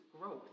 growth